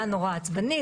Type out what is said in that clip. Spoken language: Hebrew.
עצבני,